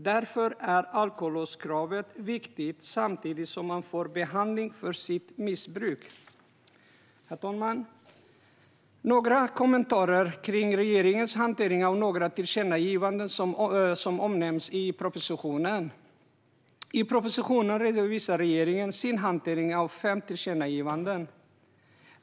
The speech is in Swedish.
Därför är det viktigt att alkolåskravet råder samtidigt som man får behandling för sitt missbruk. Herr talman! Jag vill kommentera regeringens hantering av några tillkännagivanden som omnämns i propositionen. I propositionen redovisar regeringen sin hantering av fem tillkännagivanden.